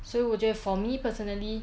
所以我觉得 for me personally